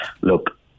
look